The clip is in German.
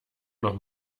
noch